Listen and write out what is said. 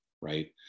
right